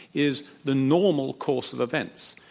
is the normal course of events.